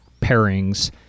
pairings